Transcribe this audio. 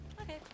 Okay